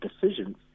decisions